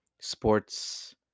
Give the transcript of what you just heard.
sports